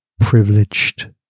privileged